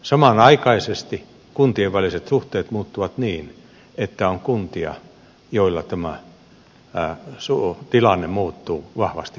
samanaikaisesti kuntien väliset suhteet muuttuvat niin että on kuntia joilla tämä tilanne muuttuu vahvasti plusmerkkiseksi